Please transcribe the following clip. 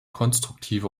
konstruktive